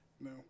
No